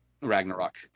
Ragnarok